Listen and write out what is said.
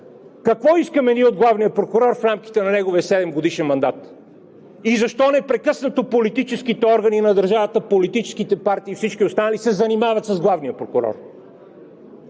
какво искаме ние от главния прокурор в рамките на неговия 7-годишен мандат?! И защо непрекъснато политическите органи на държавата – политическите партии и всички останали, се занимават с главния прокурор?!